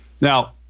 Now